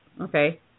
okay